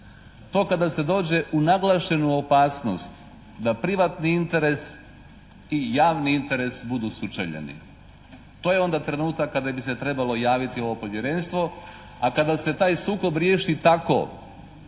To kada se dođe u naglašenu opasnost da privatni interes i javni interes budu sučeljeni, to je onda trenutak kada bi se trebalo javiti ovo Povjerenstvo. A kada se taj sukob riješi tako